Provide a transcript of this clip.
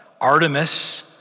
Artemis